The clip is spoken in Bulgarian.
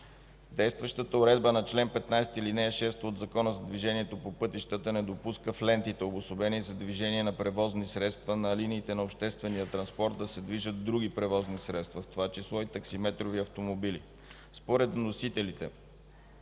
Действащата уредба на чл. 15, ал. 6 от Закона за движението по пътищата (ЗДвП) не допуска в лентите, обособени за движение на превозни средства на линиите на обществения транспорт, да се движат други превозни средства, в това число и таксиметрови автомобили. Според вносителите